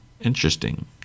Interesting